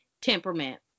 temperament